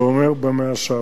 זה אומר: במאה שעברה.